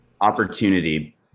opportunity